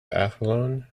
athlone